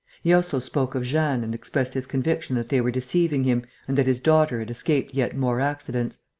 he also spoke of jeanne and expressed his conviction that they were deceiving him and that his daughter had escaped yet more accidents.